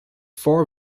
four